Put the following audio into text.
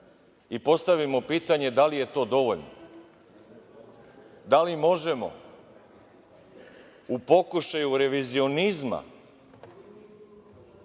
i postavimo pitanje - da li je to dovoljno? Da li možemo u pokušaju revizionizma